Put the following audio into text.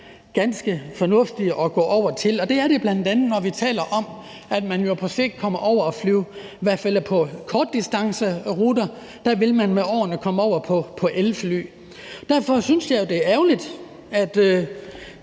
ganske fornuftige at gå over til. Det gælder bl.a., når vi taler om, at man på sigt i hvert fald på kortdistanceruter med årene vil komme over på elfly. Derfor synes jeg, det er ærgerligt, at